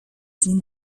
seen